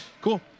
Cool